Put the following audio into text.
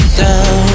down